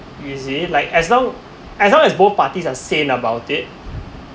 usually like as long as long as both parties are same about it